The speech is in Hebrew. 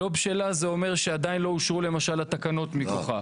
לא בשלה זה אומר שעדיין לא אושרו למשל התקנות מכוחה.